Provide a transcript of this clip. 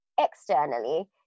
externally